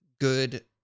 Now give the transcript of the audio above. good